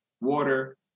water